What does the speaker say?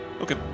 Okay